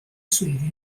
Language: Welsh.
swyddi